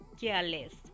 careless